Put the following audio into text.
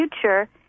future